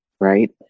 right